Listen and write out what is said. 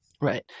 Right